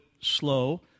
slow